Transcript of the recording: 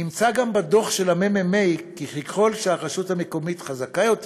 נמצא בדוח של מרכז המחקר והמידע גם כי